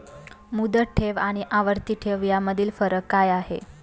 मुदत ठेव आणि आवर्ती ठेव यामधील फरक काय आहे?